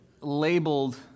labeled